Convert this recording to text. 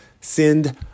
send